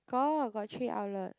got got three outlet